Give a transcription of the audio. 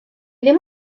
ddim